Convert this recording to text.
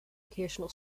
vocational